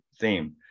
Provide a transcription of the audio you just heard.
theme